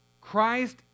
Christ